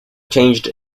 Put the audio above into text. changed